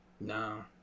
no